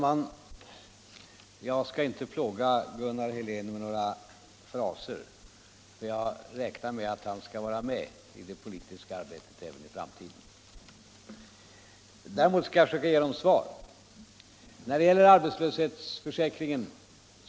Har inte människor varnat förut?